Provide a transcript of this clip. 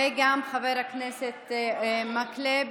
חבר הכנסת מקלב